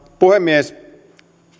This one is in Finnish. puhemies